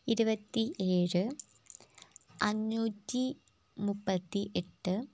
ഇരുപത്തി ഏഴ് അഞ്ഞൂറ്റി മുപ്പത്തിയെട്ട്